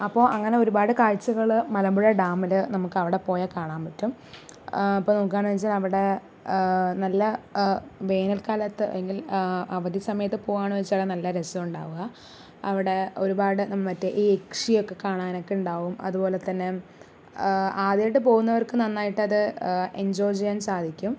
അപ്പോൾ അങ്ങനെ ഒരുപാട് കാഴ്ച്ചകൾ മലമ്പുഴ ഡാമില് നമുക്കവിടെ പോയാൽ കാണാൻ പറ്റും ഇപ്പോൾ നോക്കാന്ന് വെച്ചാൽ അവിടെ നല്ല വേനൽക്കാലത്ത് അല്ലെങ്കിൽ അവധി സമയത്ത് പോവാന്ന് വെച്ചാലാണ് നല്ല രസണ്ടാവാ അവിടെ ഒരുപാട് മറ്റേ ഈ യക്ഷിയൊക്കെ കാണാനൊക്കെ ഉണ്ടാവും അതുപോലെത്തന്നെ ആദ്യമായിട്ട് പോകുന്നവർക്ക് നന്നായിട്ടത് എഞ്ചോയ് ചെയ്യാൻ സാധിക്കും